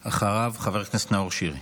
אחריו, חבר הכנסת נאור שירי.